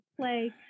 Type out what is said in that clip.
play